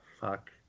Fuck